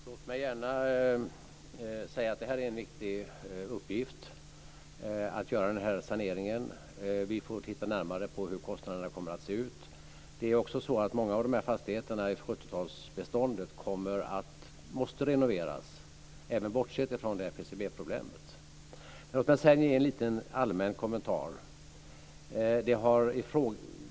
Fru talman! Låt mig gärna säga att det är en viktig uppgift att göra denna sanering. Vi får titta närmare på hur kostnaderna kommer att se ut. Det är också så att många av fastigheterna i 70-talsbeståndet måste renoveras även bortsett från PCB-problemet. Låt mig sedan ge en liten allmän kommentar.